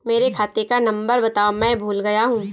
मेरे खाते का नंबर बताओ मैं भूल गया हूं